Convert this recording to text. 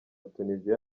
tuniziya